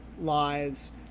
lies